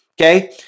Okay